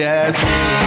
Yes